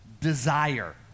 desire